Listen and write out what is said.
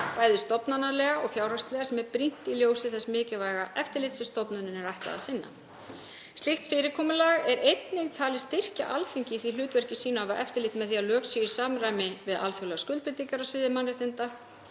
bæði stofnanalega og fjárhagslega, sem er brýnt í ljósi þess mikilvæga eftirlits sem stofnuninni er ætlað að sinna. Slíkt fyrirkomulag er einnig talið styrkja Alþingi í því hlutverki sínu að hafa eftirlit með því að lög séu í samræmi við alþjóðlegar skuldbindingar á sviði mannréttinda